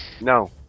No